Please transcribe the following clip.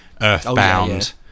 Earthbound